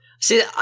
See